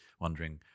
wondering